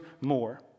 more